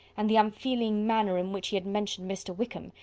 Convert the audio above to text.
and the unfeeling manner in which he had mentioned mr. wickham,